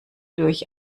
durch